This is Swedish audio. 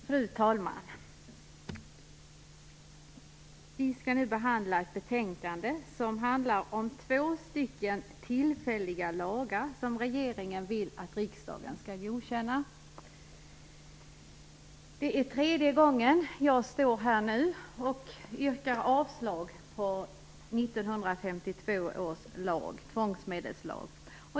Fru talman! Vi skall nu behandla ett betänkande som handlar om två tillfälliga lagar som regeringen vill att riksdagen skall godkänna. Det är tredje gången jag står här nu och yrkar avslag på 1952 års tvångsmedelslag.